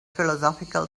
philosophical